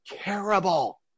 terrible